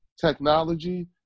technology